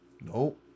Nope